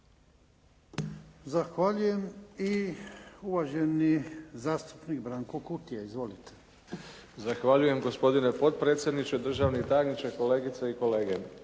Zahvaljujem. Uvaženi zastupnik Branko Kutija. Izvolite. **Kutija, Branko (HDZ)** Zahvaljujem. Gospodine potpredsjedniče, državni tajniče, kolegice i kolege.